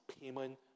payment